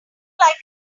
like